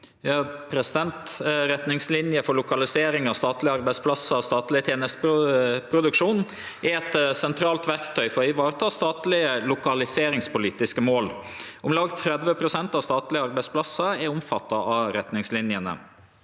Retningslin- jer for lokalisering av statlege arbeidsplassar og statleg tenesteproduksjon er eit sentralt verktøy for å vareta statlege lokaliseringspolitiske mål. Om lag 30 pst. av statlege arbeidsplassar er omfatta av retningslinjene.